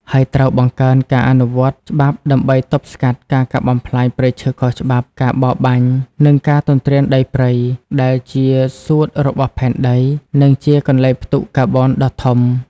ហើយត្រូវបង្កើនការអនុវត្តច្បាប់ដើម្បីទប់ស្កាត់ការកាប់បំផ្លាញព្រៃឈើខុសច្បាប់ ការបរបាញ់ និងការទន្ទ្រានដីព្រៃ ដែលជាសួតរបស់ផែនដី និងជាកន្លែងផ្ទុកកាបូនដ៏ធំ។